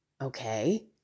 okay